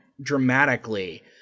dramatically